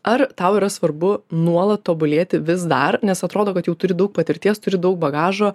ar tau yra svarbu nuolat tobulėti vis dar nes atrodo kad jau turi daug patirties turi daug bagažo